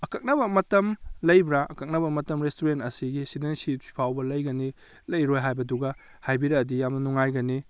ꯑꯀꯛꯅꯕ ꯃꯇꯝ ꯂꯩꯕ꯭ꯔ ꯑꯀꯛꯅꯕ ꯃꯇꯝ ꯔꯦꯁꯇꯨꯔꯦꯟ ꯑꯁꯤꯒꯤ ꯑꯁꯤꯗꯩꯅ ꯑꯁꯤ ꯐꯥꯎꯕ ꯂꯩꯒꯅꯤ ꯂꯩꯔꯣꯏ ꯍꯥꯏꯕꯗꯨꯒ ꯍꯥꯏꯕꯤꯔꯛꯑꯗꯤ ꯌꯥꯝꯅ ꯅꯨꯡꯉꯥꯏꯒꯅꯤ